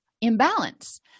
imbalance